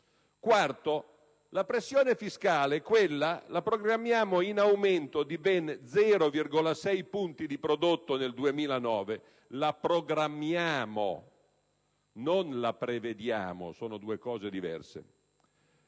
quarto, la pressione fiscale, quella, la programmiamo in aumento di ben 0,6 punti di prodotto nel 2009 («la programmiamo», non «la prevediamo», sono due cose diverse):